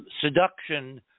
seduction